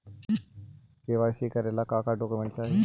KYC करे ला का का डॉक्यूमेंट चाही?